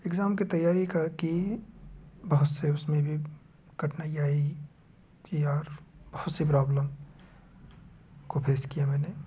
exam की तैयारी करके बहुत से उसमें भी कठिनाइयाँ आईं कि यार बहुत सी प्रॉब्लम को फेस किया मैंने